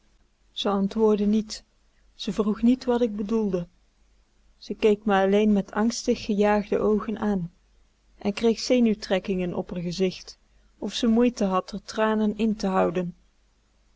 niet ze vroeg niet wat k bedoelde ze keek me alleen met angstig gejaagde oogen aan en kreeg zenuwtrekkingen op r gezicht of ze moeite had r tranen in te houden